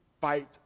fight